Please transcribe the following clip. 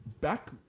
back